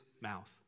mouth